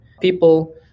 people